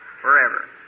forever